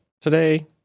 today